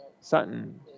Sutton